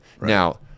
Now